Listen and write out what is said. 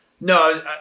No